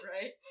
Right